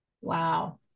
Wow